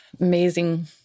amazing